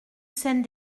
scène